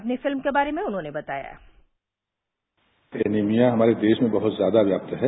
अपनी फिल्म के बारे में उन्होंने बताया कि एनीमिया हमारे देश में बहुत ज्यादा व्याप्त है